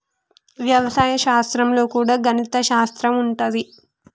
వ్యవసాయ శాస్త్రం లో కూడా గణిత శాస్త్రం ఉంటది